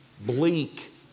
bleak